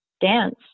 dance